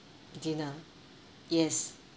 dinner yes